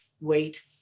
wait